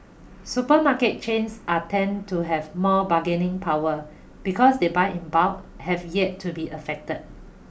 supermarket chains are tend to have more bargaining power because they buy in bulk have yet to be affected